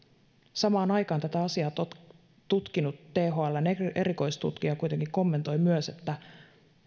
samaan aikaan tätä asiaa tutkinut thln erikoistutkija kuitenkin kommentoi myös että